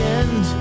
end